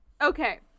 Okay